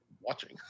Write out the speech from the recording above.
watching